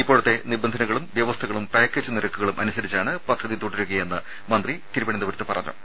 ഇപ്പോഴത്തെ നിബന്ധനകളും വ്യവസ്ഥകളും പാക്കേജ് നിരക്കുകളും അനുസരിച്ചാണ് പദ്ധതി തുടരുകയെന്ന് മന്ത്രി തിരുവനന്തപുരത്ത് പറഞ്ഞു